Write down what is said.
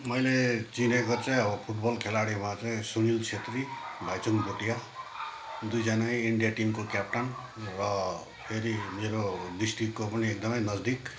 मैले चिनेको चाहिँ अब फुटबल खेलाडीमा चाहिँ सुनिल छेत्री भाइचुङ भोटिया दुईजनै इन्डिया टिमको क्याप्टन र फेरि मेरो डिस्ट्रिक्टको पनि एकदमै नजदिक